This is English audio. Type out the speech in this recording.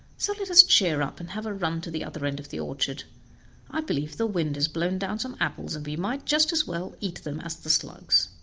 so let us cheer up, and have a run to the other end of the orchard i believe the wind has blown down some apples, and we might just as well eat them as the slugs.